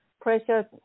pressure